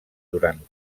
durant